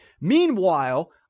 meanwhile